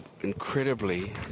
incredibly